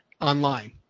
online